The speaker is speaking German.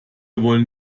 wollen